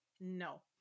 no